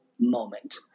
moment